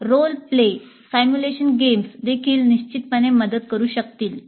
role play simulation games देखील निश्चितपणे मदत करू शकतील